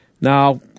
Now